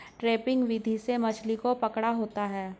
trapping विधि से मछली को पकड़ा होता है